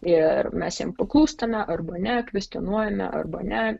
ir mes jiem paklūstame arba ne kvestionuojame arba ne